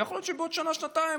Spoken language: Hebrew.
ויכול להיות שבעוד שנה-שנתיים,